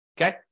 Okay